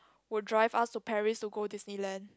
would drive us to Paris to go Disneyland